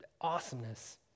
awesomeness